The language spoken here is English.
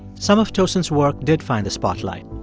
some of tosin's work did find the spotlight.